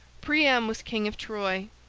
priam was king of troy,